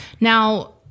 Now